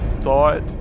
thought